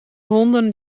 honden